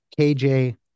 KJ